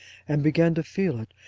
and began to feel it,